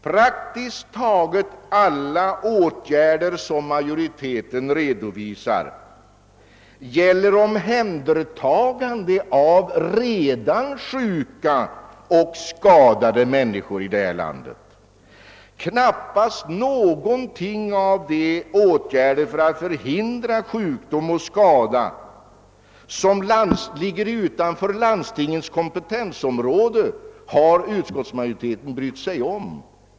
Praktiskt taget alla åtgärder som utskottsmajoriteten redovisar gäller omhändertagande av redan sjuka och skadade människor. Knappast någon av de åtgärder för att förhindra sjukdom och skador som ligger utanför landstingens kompetensområde har utskottsmajoriteten brytt sig om.